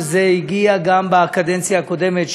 וזה הגיע גם בקדנציה הקודמת,